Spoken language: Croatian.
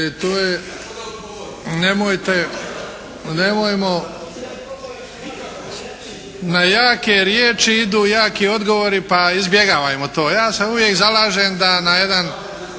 nemojte, nemojmo. Na jake riječi idu jaki odgovori pa izbjegavajmo to. Ja se uvijek zalažem da na jedan